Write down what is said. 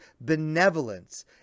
benevolence